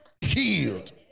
healed